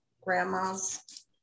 grandmas